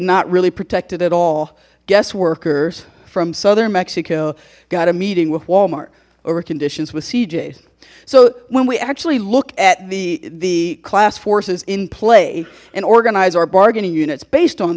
not really protected at all guest workers from southern mexico got a meeting with walmart over conditions with cj's so when we actually look at the the class forces in play and organize our bargaining units based on